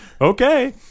Okay